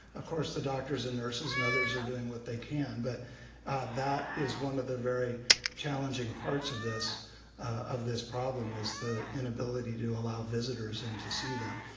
of course, the doctors and nurses and others are doing what they can, but that is one of the very challenging parts of this of this problem is the inability to allow visitors and to see them.